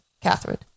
Catherine